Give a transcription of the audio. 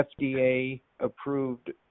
FDA-approved